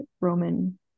Roman